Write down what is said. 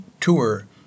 tour